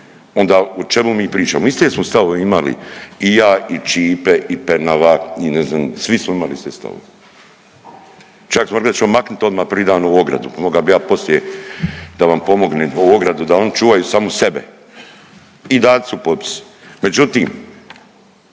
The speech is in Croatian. onda o čemu mi pričamo? Iste smo stavove imali i ja i Ćipe i Penava i ne znam svi smo imali iste stavove, čak smo rekli da ćemo maknit odma prvi dan ovu ogradu, pa moga bi ja poslije da vam pomognem ovu ogradu da oni čuvaju samo sebe i dati su potpisi.